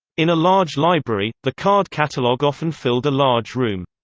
in a large library, the card catalogue often filled a large room.